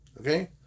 okay